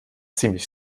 ziemlich